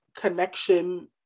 connection